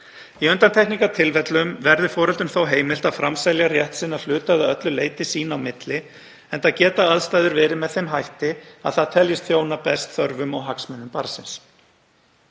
Í undantekningartilfellum verði foreldrum heimilt að framselja rétt sinn að hluta eða öllu leyti sín á milli, enda geta aðstæður verið með þeim hætti að það teljist þjóna best þörfum og hagsmunum barnsins.